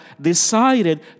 decided